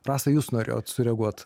rasa jūs norėjot sureaguot